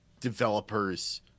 developers